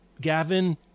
Gavin